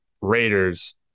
raiders